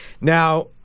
Now